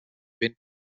been